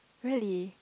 really